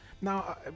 now